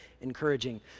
encouraging